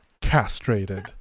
Castrated